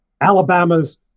Alabama's